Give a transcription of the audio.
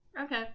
Okay